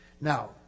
Now